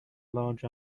large